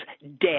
dead